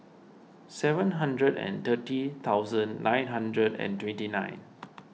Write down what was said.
seven hundred and thirty thousand nine hundred and twenty nine